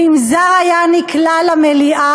ואם זר היה נקלע למליאה,